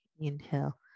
Inhale